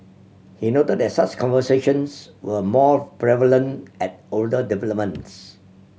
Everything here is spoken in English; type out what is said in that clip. he noted that such conversions were more prevalent at older developments